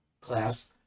class